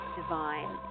divine